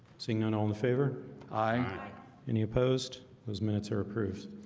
seeing none all in favor aye any opposed those minutes are approved?